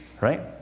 right